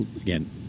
again